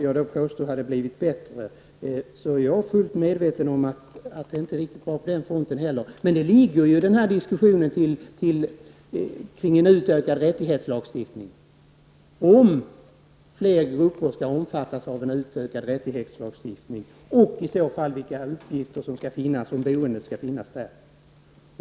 Jag är fullt medveten om att det inte är riktigt bra på den fronten heller. Men denna fråga hör till diskussionen om huruvida fler grupper skall omfattas av en utökad rättighetslagstiftning, vilka uppgifter som skall omfattas och om, t.ex. om boendet skall ingå.